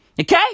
Okay